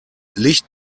licht